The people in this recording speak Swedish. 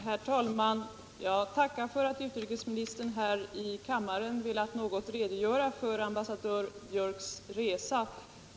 Herr talman! Jag tackar för att utrikesministern här i kammaren velat något redogöra för ambassadör Björks resa.